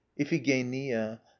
Iphigenia